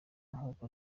nk’uko